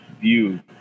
view